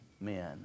Men